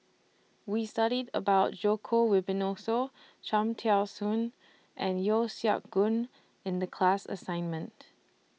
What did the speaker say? We studied about Djoko Wibisono Cham Tao Soon and Yeo Siak Goon in The class assignment